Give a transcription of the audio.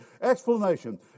Explanation